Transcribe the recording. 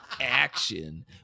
action